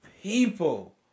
people